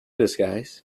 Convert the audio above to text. disguise